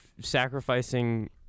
sacrificing